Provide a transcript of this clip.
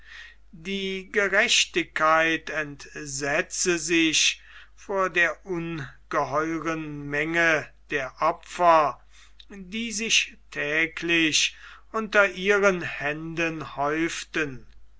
die gerechtigkeit entsetze sich vor der ungeheuren menge der opfer die sich täglich unter ihren händen häuften